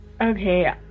Okay